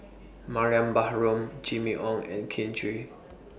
Mariam Baharom Jimmy Ong and Kin Chui